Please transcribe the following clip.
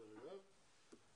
דרך אגב.